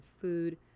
food